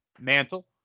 mantle